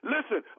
Listen